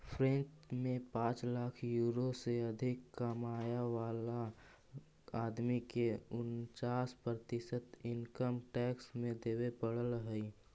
French में पाँच lakh euro से अधिक कमाय वाला आदमी के उन्चास प्रतिशत इनकम टैक्स देवे पड़ऽ हई